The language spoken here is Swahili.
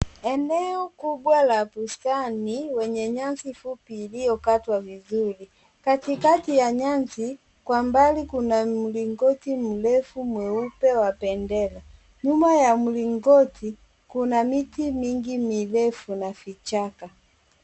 Eneo kubwa la bustani wenye nyasi fupi iliyokatwa vizuri. Katikati ya nyasi, kwa mbali kuna mlingoti mrefu mweupe wa bendera. Nyuma ya mlingoti kuna miti mingi mirefu na vichaka.